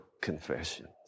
confessions